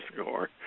score